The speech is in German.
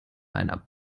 einer